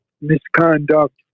misconduct